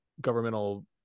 governmental